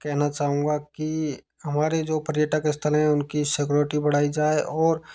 कहना चाहूंगा कि हमारे जो पर्यटक स्थल है उनकी सिक्योरिटी बढ़ाई जाए और